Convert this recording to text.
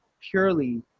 purely